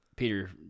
Peter